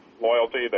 loyalty